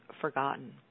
forgotten